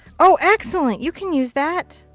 oh excellent. you can use that.